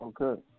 Okay